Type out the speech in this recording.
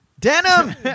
Denim